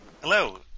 Hello